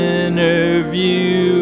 interview